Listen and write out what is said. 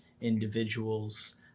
individuals